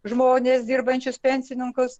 žmones dirbančius pensininkus